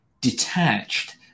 detached